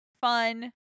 fun